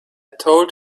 told